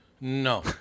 No